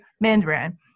Mandarin